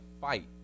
fight